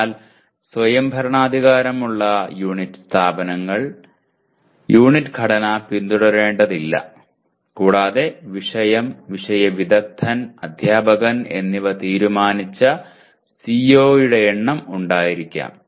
എന്നാൽ സ്വയംഭരണാധികാരമുള്ള യൂണിറ്റ് സ്ഥാപനങ്ങൾ യൂണിറ്റ് ഘടന പിന്തുടരേണ്ടതില്ല കൂടാതെ വിഷയം വിഷയ വിദഗ്ദ്ധൻ അധ്യാപകൻ എന്നിവ തീരുമാനിച്ച CO യുടെ എണ്ണം ഉണ്ടായിരിക്കാം